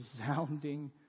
resounding